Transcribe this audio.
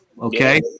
okay